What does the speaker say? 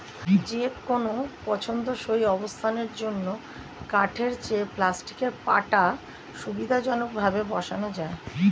যেকোনো পছন্দসই অবস্থানের জন্য কাঠের চেয়ে প্লাস্টিকের পাটা সুবিধাজনকভাবে বসানো যায়